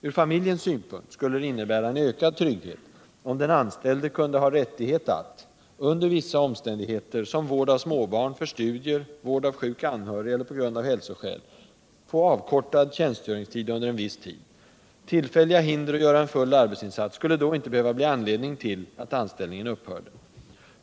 Ur familjens synpunkt skulle det innebära en ökad trygghet, om den anställde kunde ha rättighet att, under vissa omständigheter som vård av småbarn, för studier, vård av sjuk anhörig eller på grund av hälsoskäl, få avkortad tjänstgöringstid under viss tid. Tillfälliga hinder att göra en full arbetsinsats skulle då inte behöva bli anledning till att anställningen upphörde.